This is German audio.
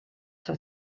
zwei